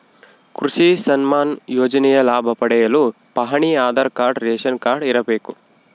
ಕೃಷಿ ಸನ್ಮಾನ್ ಯೋಜನೆಯ ಲಾಭ ಪಡೆಯಲು ಪಹಣಿ ಆಧಾರ್ ಕಾರ್ಡ್ ರೇಷನ್ ಕಾರ್ಡ್ ಇರಬೇಕು